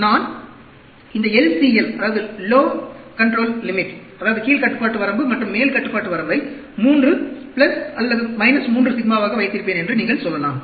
நான் இந்த LCLஅதாவது கீழ் கட்டுப்பாட்டு வரம்பு மற்றும் மேல் கட்டுப்பாட்டு வரம்பை 3 அல்லது 3 சிக்மாவாக வைத்திருப்பேன் என்று நீங்கள் சொல்லலாம்